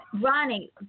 Ronnie